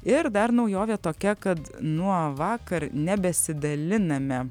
ir dar naujovė tokia kad nuo vakar nebesidaliname